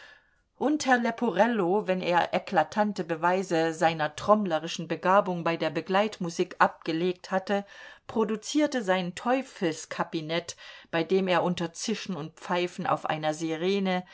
und herr leporello wenn er eklatante beweise seiner trommlerischen begabung bei der begleitmusik abgelegt hatte produzierte sein teufelskabinett bei dem er unter zischen und pfeifen auf einer sirene